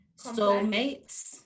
Soulmates